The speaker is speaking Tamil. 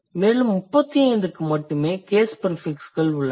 மேலும் 35 க்கு மட்டுமே கேஸ் ப்ரிஃபிக்ஸ்கள் உள்ளன